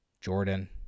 Jordan